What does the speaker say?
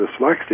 dyslexia